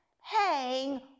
hang